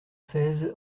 seize